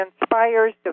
inspires